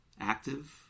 active